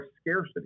scarcity